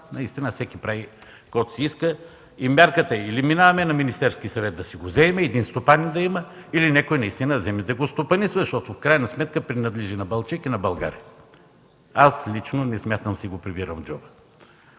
наистина всеки прави, каквото си иска. И мярката е: или минаваме на Министерски съвет, да си го вземем, да има един стопанин, и някой да вземе да го стопанисва, защото в крайна сметка имотът принадлежи на Балчик и на България. Аз лично не смятам да си го прибирам в джоба.